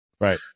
right